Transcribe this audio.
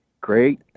Great